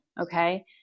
Okay